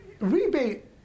rebate